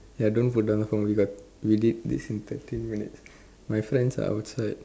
ya don't put down the phone we got we did this in thirteen minutes my friends are outside